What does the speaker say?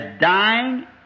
dying